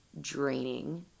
draining